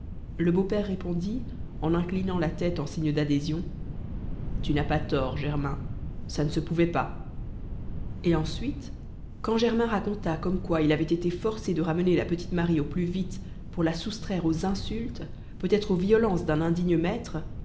le beau-père répondit en inclinant la tête en signe d'adhésion tu n'as pas tort germain ça ne se pouvait pas et ensuite quand germain raconta comme quoi il avait été forcé de ramener la petite marie au plus vite pour la soustraire aux insultes peut-être aux violences d'un indigne maître